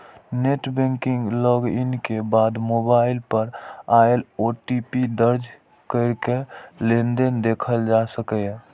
net banking log in के बाद mobile पर आयल ओ.टी.पी दर्ज कैरके लेनदेन देखल जा सकैए